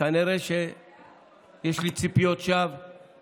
כנראה שיש לי ציפיות שווא.